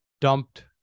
dumped